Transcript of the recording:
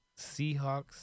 Seahawks